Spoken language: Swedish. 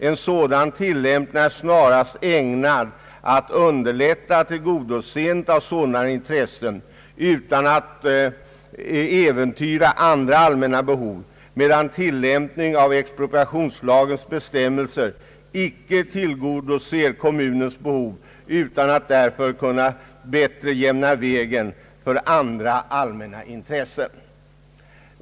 En sådan tillämpning är snarast ägnad att underlätta tillgodoseendet av sådana intressen utan att äventyra andra allmän na behov, medan tillämpning av expropriationslagens bestämmelser icke tillgodoser kommunens behov utan att därför kunna bättre jämna vägen för andra allmänna intressen.